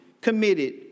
committed